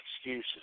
excuses